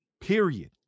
period